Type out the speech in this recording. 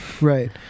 right